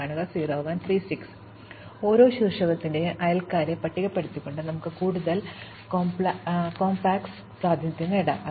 അതിനാൽ ഓരോ ശീർഷകത്തിന്റെയും അയൽക്കാരെ പട്ടികപ്പെടുത്തിക്കൊണ്ട് നമുക്ക് കൂടുതൽ കോംപാക്റ്റ് പ്രാതിനിധ്യം നേടാനാകും